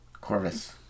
Corvus